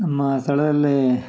ನಮ್ಮ ಸ್ಥಳದಲ್ಲಿ